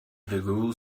google